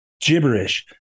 gibberish